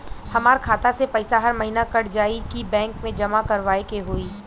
हमार खाता से पैसा हर महीना कट जायी की बैंक मे जमा करवाए के होई?